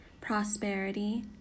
prosperity